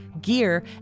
gear